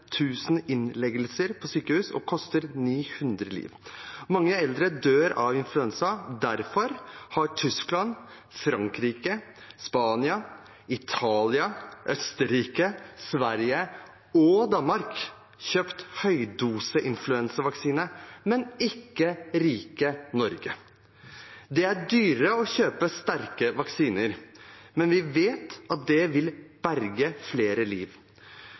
innleggelser på sykehus og koster 900 liv. Mange eldre dør av influensa. Derfor har Tyskland, Frankrike, Spania, Italia, Østerrike, Sverige og Danmark kjøpt høydoseinfluensavaksine, men ikke rike Norge. Det er dyrere å kjøpe sterke vaksiner, men vi vet at de vil berge flere liv.